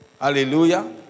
Hallelujah